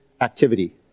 activity